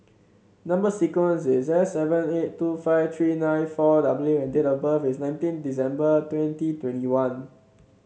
number sequence is S seven eight two five three nine four W and date of birth is nineteen December twenty twenty one